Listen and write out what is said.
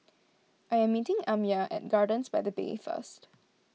I am meeting Amya at Gardens by the Bay first